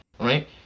right